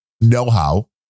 know-how